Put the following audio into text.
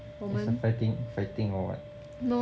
it's a fighting fighting or what